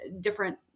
different